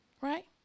Right